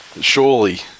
Surely